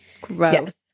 Gross